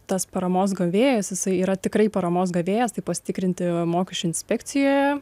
tas paramos gavėjas jisai yra tikrai paramos gavėjas tai pasitikrinti mokesčių inspekcijoje